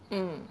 mm